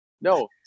No